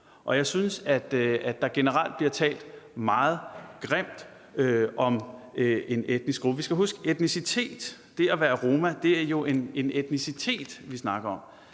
Og jeg synes, at der generelt bliver talt meget grimt om en etnisk gruppe. Vi skal huske, at det at være roma jo er noget med etnicitet, det er en